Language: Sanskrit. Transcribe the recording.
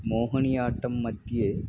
मोहणियाट्टंमध्ये